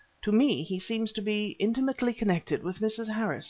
to me he seems to be intimately connected with mrs. harris